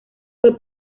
fue